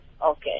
Okay